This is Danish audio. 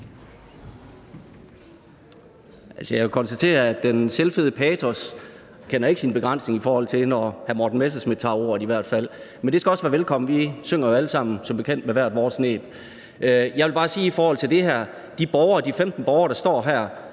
kan jo konstatere, at den selvfede patos ikke kender sin begrænsning, i hvert fald ikke når hr. Morten Messerschmidt tager ordet. Men det skal også være velkomment; vi synger jo alle sammen som bekendt med hvert vores næb. Jeg vil bare sige i forhold til det her, at de borgere, de 15